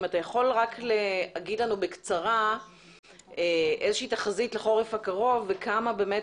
אם אתה יכול לומר לנו בקצרה איזושהי תחזית לחורף הקרוב וכמה באמת